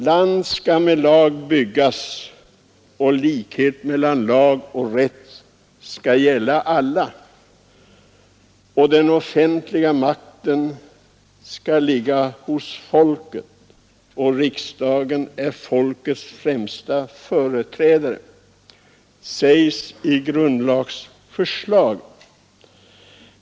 Land skall med lag byggas, och likheten inför lagen skall gälla alla. Den offentliga makten skall ligga hos folket, och riksdagen är folkets främsta företrädare, sägs det i grundlagsförslaget.